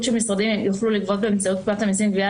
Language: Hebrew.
שמשרדים יוכלו לגבות באמצעות פקודת המיסים (גבייה),